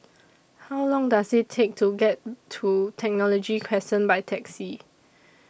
How Long Does IT Take to get to Technology Crescent By Taxi